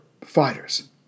fighters